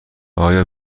آیا